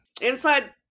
Inside